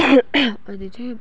अनि चाहिँ